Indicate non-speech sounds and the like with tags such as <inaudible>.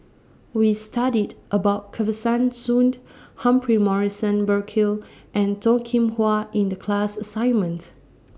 We studied about Kesavan Soon <noise> Humphrey Morrison Burkill and Toh Kim Hwa in The class assignments